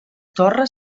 torre